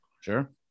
Sure